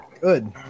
good